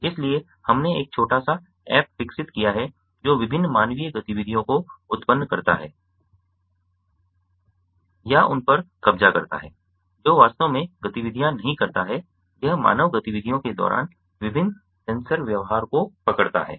इसलिए हमने एक छोटा सा ऐप विकसित किया है जो विभिन्न मानवीय गतिविधियों को उत्पन्न करता है या उन पर कब्जा करता है जो वास्तव में गतिविधियाँ नहीं करता है यह मानव गतिविधियों के दौरान विभिन्न सेंसर व्यवहार को पकड़ता है